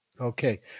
Okay